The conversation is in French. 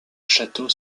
château